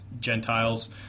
Gentiles